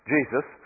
Jesus